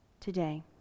today